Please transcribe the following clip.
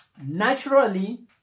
naturally